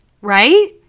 right